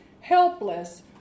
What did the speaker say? helpless